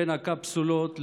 בין הקפסולות,